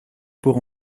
pour